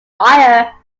fire